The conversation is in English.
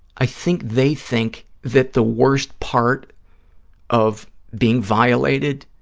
i think they think that the worst part of being violated